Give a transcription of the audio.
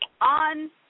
on